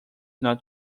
not